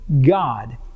God